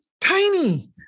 tiny